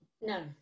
No